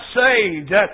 saved